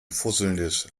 fusselndes